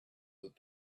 that